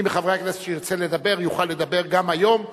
מי מחברי הכנסת שירצה לדבר יוכל לדבר גם היום,